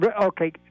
Okay